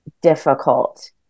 difficult